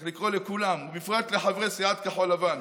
צריך לקרוא לכולם, ובפרט לחברי סיעת כחול לבן,